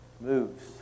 moves